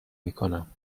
میکنم